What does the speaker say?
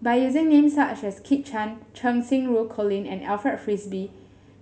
by using names such as Kit Chan Cheng Xinru Colin and Alfred Frisby